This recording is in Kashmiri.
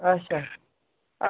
اَچھا